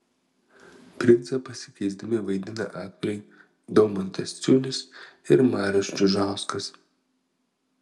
princą pasikeisdami vaidina aktoriai daumantas ciunis ir marius čižauskas